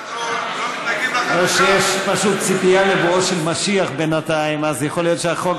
כמו שיש פשוט ציפייה לבואו של משיח בינתיים אז יכול להיות שהחוק,